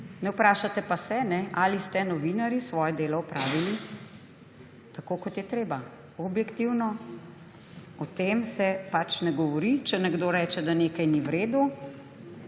Ne vprašate pa se, ali ste novinarji svoje delo opravili tako, kot je treba: objektivno. O tem se pač ne govori. Če nekdo reče, da nekaj ni v redu,